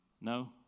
No